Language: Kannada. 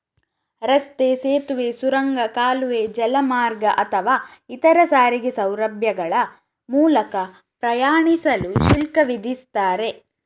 ರಸ್ತೆ, ಸೇತುವೆ, ಸುರಂಗ, ಕಾಲುವೆ, ಜಲಮಾರ್ಗ ಅಥವಾ ಇತರ ಸಾರಿಗೆ ಸೌಲಭ್ಯಗಳ ಮೂಲಕ ಪ್ರಯಾಣಿಸಲು ಶುಲ್ಕ ವಿಧಿಸ್ತಾರೆ